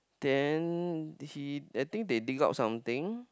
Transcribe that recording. then he I think they dig out something